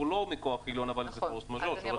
לא מכוח עליון אבל זה force majeure.